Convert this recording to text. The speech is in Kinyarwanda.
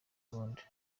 kuwundi